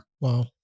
Wow